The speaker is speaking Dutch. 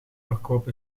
verkoop